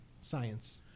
science